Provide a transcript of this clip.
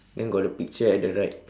then got the picture at the right